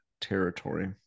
territory